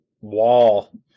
wall